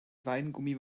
weingummi